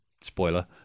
Spoiler